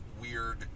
weird